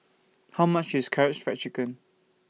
How much IS Karaage Fried Chicken